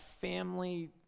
family